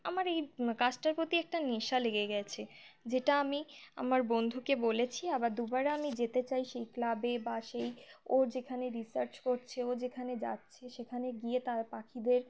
আমার এই কাজটার প্রতি একটা নেশা লেগে গেছে যেটা আমি আমার বন্ধুকে বলেছি আবার দুবার আমি যেতে চাই সেই ক্লাবে বা সেই ও যেখানে রিসার্চ করছে ও যেখানে যাচ্ছে সেখানে গিয়ে তার পাখিদের